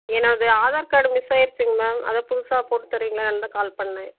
என்னோடது Aadhaar card miss ஆயிடுச்சுங்க ma'am அதான் புதுசாக போட்டு தருவீங்களாந்தான் கால் பண்ணேன்